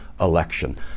election